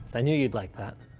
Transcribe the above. i knew you'd like that.